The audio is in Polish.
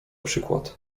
przykład